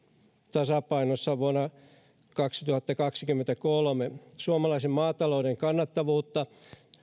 tasapainossa vuonna kaksituhattakaksikymmentäkolme suomalaisen maatalouden kannattavuutta